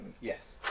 Yes